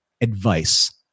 advice